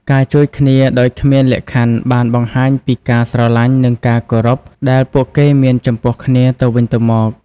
ការជួយគ្នាដោយគ្មានលក្ខខណ្ឌបានបង្ហាញពីការស្រលាញ់និងការគោរពដែលពួកគេមានចំពោះគ្នាទៅវិញទៅមក។